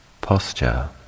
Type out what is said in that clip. posture